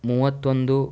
ಮೂವತ್ತೊಂದು